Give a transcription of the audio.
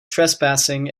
trespassing